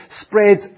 spreads